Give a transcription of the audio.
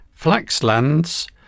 Flaxlands